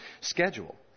schedule